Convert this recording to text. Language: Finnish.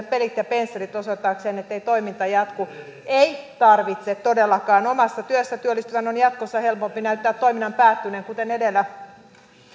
pelit ja pensselit osoittaakseen ettei toiminta jatku ei tarvitse todellakaan omassa työssä työllistyvän on jatkossa helpompi näyttää toiminnan päättyneen kuten edellä